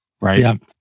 right